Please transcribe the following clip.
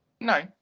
No